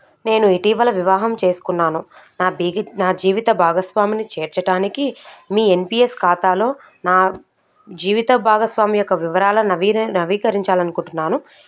నేను ఇటీవల వివాహం చేసుకున్నాను నా బేహిత్ నా జీవిత భాగస్వామిని చేర్చటానికి మీ ఎన్పీయస్ ఖాతాలో నా జీవిత భాగస్వామి యొక్క వివరాల నవీరన్ నవీకరించాలి అనుకుంటున్నాను